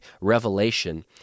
revelation